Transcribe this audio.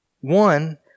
one